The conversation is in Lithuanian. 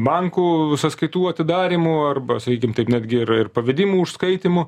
bankų sąskaitų atidarymu arba sakykim taip netgi ir ir pavedimų užskaitymu